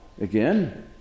again